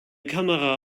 kamera